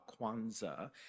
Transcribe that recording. Kwanzaa